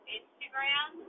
Instagram